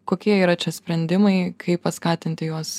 kokie yra čia sprendimai kaip paskatinti juos